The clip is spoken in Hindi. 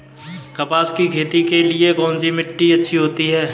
कपास की खेती के लिए कौन सी मिट्टी अच्छी होती है?